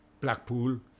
Blackpool